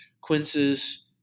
quinces